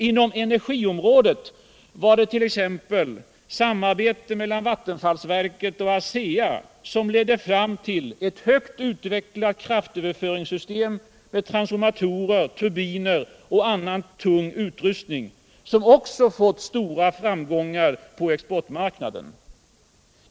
Inom energiområdet var det t.ex. ett samarbete mellan vattenfallsverket och ASEA som ledde fram till ett högt utvecklat kraftöverföringssystem med transformatorer, turbiner och annan tung utrustning, som också fått stora framgångar på exportmarknaden.